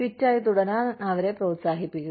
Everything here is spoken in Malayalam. ഫിറ്റായി തുടരാൻ അവരെ പ്രോത്സാഹിപ്പിക്കുക